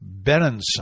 Benenson